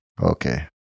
Okay